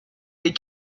des